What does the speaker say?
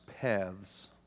paths